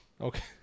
Okay